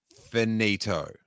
finito